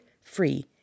free